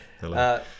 hello